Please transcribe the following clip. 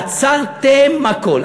עצרתם הכול.